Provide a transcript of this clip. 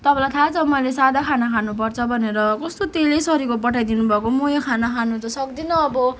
तपाईँलाई थाहा छ मैले सादा खाना खानुपर्छ भनेर कस्तो तेलै सरीको पठाइदिनु भएको म यो खाना खानु त सक्दिनँ अब